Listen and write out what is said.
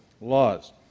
laws